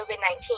COVID-19